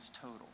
total